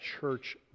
church